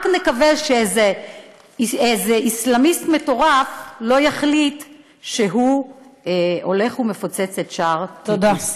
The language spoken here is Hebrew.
רק נקווה שאיזה אסלאמיסט מטורף לא יחליט שהוא הולך ומפוצץ את שער טיטוס.